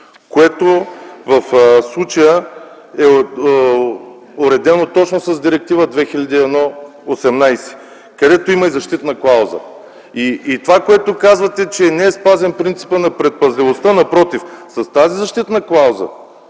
което в случая е уредено точно с Директива 2001/18, където има и защитна клауза. И това, което казвате, че не е спазен принципът на предпазливостта – напротив. С тази защитна клауза